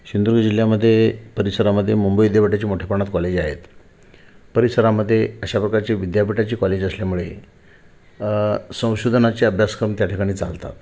सिंधुदु जिल्ह्यामध्ये परिसरामध्ये मुंबई विद्यापीठाचे मोठ्या प्रमाणात कॉलेज आहेत परिसरामध्ये अशा प्रकारचे विद्यापीठाचे कॉलेज असल्यामुळे संशोधनाचे अभ्यासक्रम त्या ठिकाणी चालतात